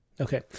Okay